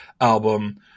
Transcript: album